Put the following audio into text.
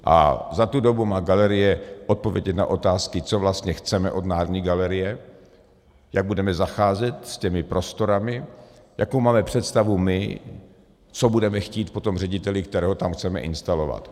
A za tu dobu má galerie odpovědět na otázky, co vlastně chceme od Národní galerie, jak budeme zacházet s těmi prostorami, jakou máme představu my, co budeme chtít po tom řediteli, kterého tam chceme instalovat.